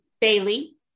Bailey